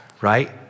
right